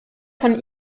von